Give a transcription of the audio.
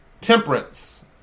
Temperance